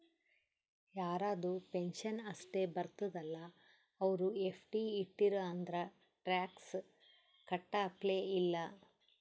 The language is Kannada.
ಯಾರದು ಪೆನ್ಷನ್ ಅಷ್ಟೇ ಬರ್ತುದ ಅಲ್ಲಾ ಅವ್ರು ಎಫ್.ಡಿ ಇಟ್ಟಿರು ಅಂದುರ್ ಟ್ಯಾಕ್ಸ್ ಕಟ್ಟಪ್ಲೆ ಇಲ್ಲ